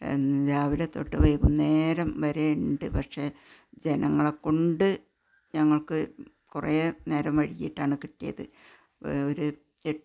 രാവിലെ തൊട്ട് വൈകുന്നേരം വരെ ഉണ്ട് പക്ഷെ ജനങ്ങളെ കൊണ്ട് ഞങ്ങള്ക്ക് കുറേ നേരം വൈകിയിട്ടാണ് കിട്ടിയത് ഒരു എട്